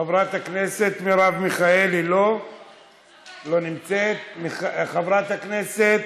חברת הכנסת מרב מיכאלי, לא נמצאת, חברת הכנסת